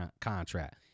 contract